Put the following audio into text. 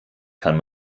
kann